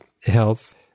health